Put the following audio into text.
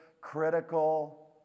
critical